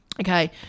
Okay